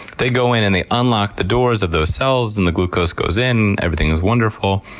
they go in and they unlock the doors of those cells, and the glucose goes in, everything is wonderful.